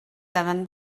davant